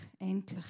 endlich